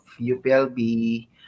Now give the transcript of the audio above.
UPLB